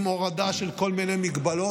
עם הורדה של כל מיני מגבלות,